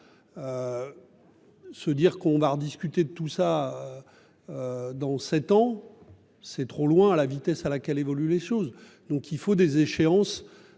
Se dire qu'on va rediscuter de tout ça. Dans 7 ans c'est trop loin à la vitesse à laquelle évoluent les choses, donc il faut des échéances.